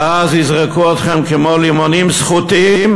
ואז יזרקו אתכם כמו לימונים סחוטים